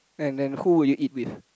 and then who would you eat with